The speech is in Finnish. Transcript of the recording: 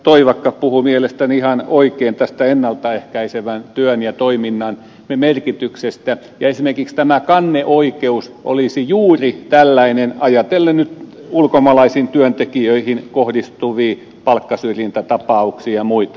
toivakka puhui mielestäni ihan oikein tästä ennalta ehkäisevän työn ja toiminnan merkityksestä ja esimerkiksi tämä kanneoikeus olisi juuri tällainen ajatellen nyt ulkomaalaisiin työntekijöihin kohdistuvia palkkasyrjintätapauksia ja muita